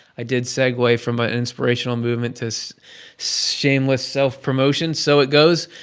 i did segue from an inspirational moment to so shameless self-promotion. so it goes.